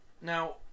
now